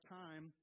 time